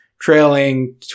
trailing